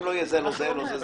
אם לא יהיה זה אז לא יהיה זה.